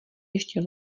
ještě